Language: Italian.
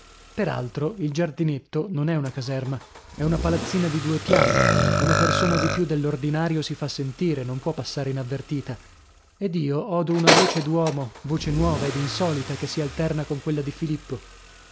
altro il giardinetto non è una caserma è una palazzina di due piani una persona di più dell'ordinario si fa sentire non può passare inavvertita ed io odo una voce d'uomo voce nuova ed insolita che si alterna con quella di filippo